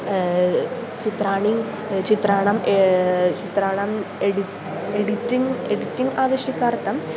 चित्राणि चित्राणां चित्राणाम् एडिट् एडिटिङ्ग् एडिटिङ्ग् आवश्यकार्थम्